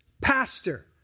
pastor